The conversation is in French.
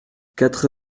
quatre